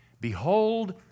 Behold